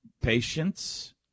patience